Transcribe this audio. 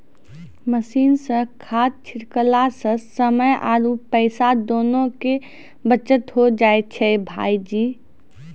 machine सॅ खाद छिड़कला सॅ समय आरो पैसा दोनों के बचत होय जाय छै भायजी